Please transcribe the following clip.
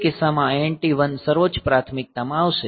તે કિસ્સામાં INT 1 સર્વોચ્ચ પ્રાથમિકતા માં આવશે